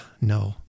no